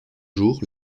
jour